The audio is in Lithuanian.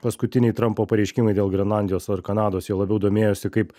paskutiniai trampo pareiškimai dėl grenlandijos ar kanados jie labiau domėjosi kaip